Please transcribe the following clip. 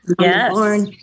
Yes